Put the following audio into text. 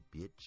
Bitch